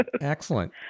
Excellent